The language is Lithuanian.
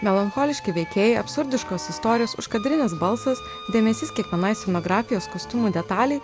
melancholiški veikėjai absurdiškos istorijos užkadrinis balsas dėmesys kiekvienai scenografijos kostiumų detalei